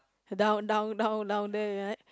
down down down down there ya